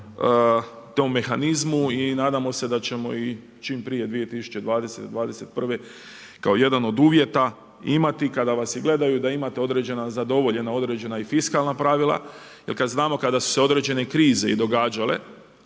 tom mehanizmu i nadamo se da ćemo i čim prije 2020., 2021. kao jedan od uvjeta imati kada vas i gledaju, da imate određena zadovoljena određena i fiskalna pravila jer kad znamo kada su se određene krize i događale,